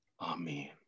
Amen